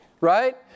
right